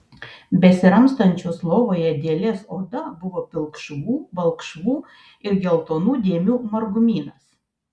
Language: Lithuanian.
besiramstančios lovoje dėlės oda buvo pilkšvų balkšvų ir geltonų dėmių margumynas